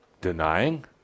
denying